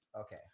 Okay